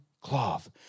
cloth